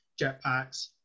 jetpacks